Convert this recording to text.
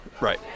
right